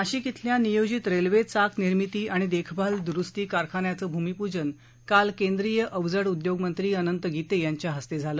नाशिक इथल्या नियोजित रेल्वे चाक निर्मिती आणि देखभाल दुरुस्ती कारखान्याचं भूमिपूजन काल केंद्रीय अवजड उद्योग मंत्री अनंत गीते यांच्या हस्ते झालं